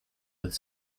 with